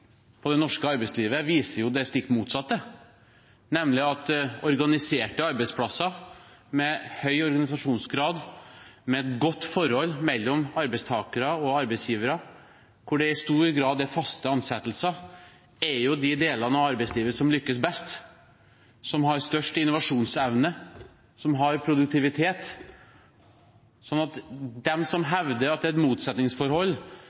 på det norske arbeidslivet viser jo det stikk motsatte, nemlig at organiserte arbeidsplasser med høy organisasjonsgrad, med et godt forhold mellom arbeidstakere og arbeidsgivere, hvor det i stor grad er faste ansettelser, er de delene av arbeidslivet som lykkes best, som har størst innovasjonsevne, som har produktivitet. Så de som hevder at det er et motsetningsforhold